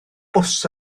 bws